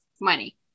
money